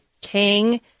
king